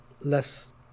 less